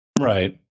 Right